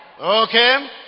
Okay